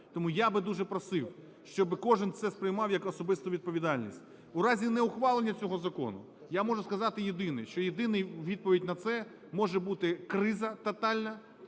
Тому я би дуже просив, щоб кожен це сприймав як особисту відповідальність. У разінеухвалення цього закону я можу сказати єдине, що єдина відповідь на це може бути – криза тотальна,